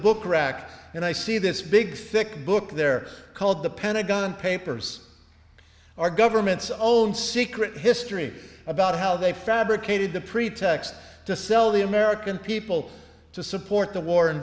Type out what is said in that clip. book rack and i see this big thick book they're called the pentagon papers our government's own secret history about how they fabricated the pretext to sell the american people to support the war in